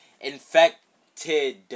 infected